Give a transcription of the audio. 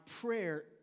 prayer